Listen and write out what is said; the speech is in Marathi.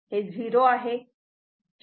हे 0 आहे